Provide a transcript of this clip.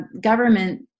government